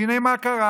והינה, מה קרה?